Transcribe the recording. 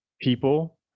people